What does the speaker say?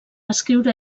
escriure